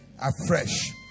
afresh